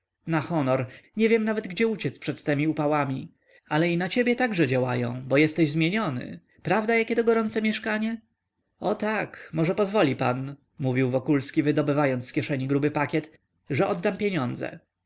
na honor nie wiem nawet gdzie uciec przed temi upałami ale i na ciebie także działają bo jesteś zmieniony prawda jakie to gorące mieszkanie o tak może pozwoli pan mówił wokulski wydobywając z kieszeni gruby pakiet że oddam pieniądze